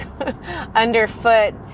underfoot